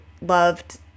loved